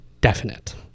definite